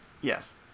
Yes